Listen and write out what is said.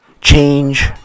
Change